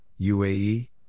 UAE